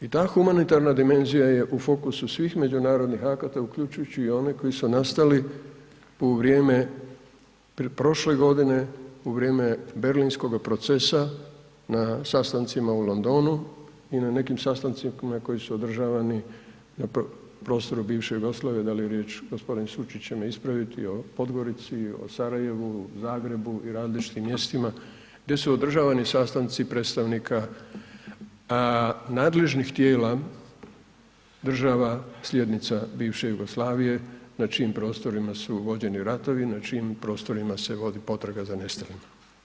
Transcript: I ta humanitarna dimenzija je u fokusu svih međunarodnih akata uključujući i one koji su nastali u vrijeme prošle godine, u vrijeme Berlinskoga procesa na sastancima u Londonu i na nekim sastancima koji su održavani na prostoru bivše Jugoslavije da li je riječ, gospodin Sučić će me ispraviti, o Podgorici i o Sarajevu, Zagrebu i različitim mjestima gdje su održavani sastanci predstavnika nadležnih tijela država slijednica bivše Jugoslavije na čijim prostorima su vođeni ratovi, na čijim prostorima se vodi potraga za nestalima.